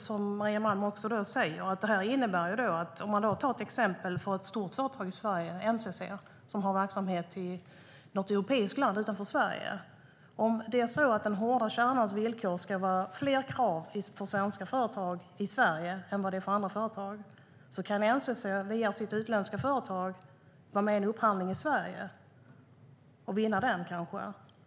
Som Maria Malmer Stenergard sa innebär det att till exempel NCC, som är ett stort företag i Sverige och som har verksamhet i ett europeiskt land utanför Sverige, via sitt utländska företag kan vara med i en upphandling här och kanske vinna, om den hårda kärnans villkor ska vara fler krav för svenska företag i Sverige än för andra företag.